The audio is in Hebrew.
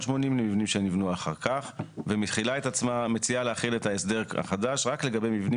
למבנים שנבנו אחר כך ומציעה להחיל את ההסדר החדש רק לגבי מבנים